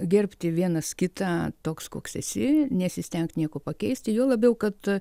gerbti vienas kitą toks koks esi nesistenk nieko pakeisti juo labiau kad